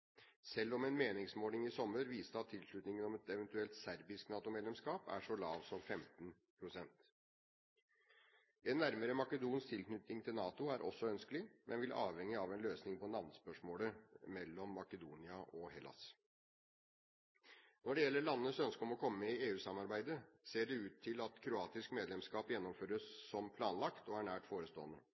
selv om en meningsmåling i sommer viste at tilslutningen til et eventuelt serbisk NATO-medlemskap er så lav som 15 pst. En nærmere makedonsk tilknytning til NATO er også ønskelig, men vil avhenge av en løsning på navnespørsmålet mellom Makedonia og Hellas. Når det gjelder landenes ønske om å komme med i EU-samarbeidet, ser det ut til at kroatisk medlemskap gjennomføres som planlagt, og er nært forestående.